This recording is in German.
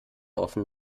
offen